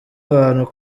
abantu